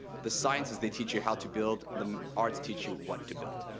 the sciences, they teach you how to build, the arts teach you what to build.